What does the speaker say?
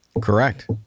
Correct